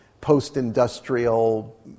post-industrial